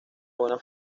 buena